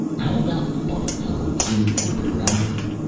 how about bubble homes in orbit around earth?